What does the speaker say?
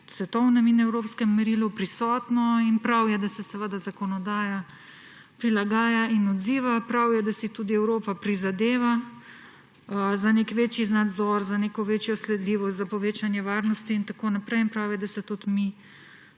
svetovnem in evropskem merilu prisotno, in prav je, da se zakonodaja prilagaja in odziva. Prav je, da si tudi Evropa prizadeva za večji nadzor, za neko večjo sledljivost, za povečanje varnosti in tako naprej in prav je, da se tudi mi